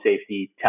safety